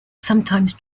sometimes